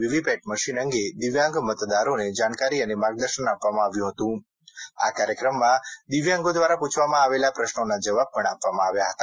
VVPAT machine અંગે દિવ્યાંગ મતદારોને જાણકારી અને માર્ગદર્શન આપવામાં આવ્યું હતું આ કાર્યક્રમમાં દિવ્યાંગો દ્વારા પૂછવામાં આવેલા પ્રશ્નોના જવાબ આપવામાં આવ્યા હતા